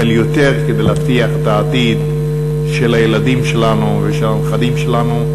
אבל יותר כדי להבטיח את העתיד של הילדים שלנו ושל הנכדים שלנו,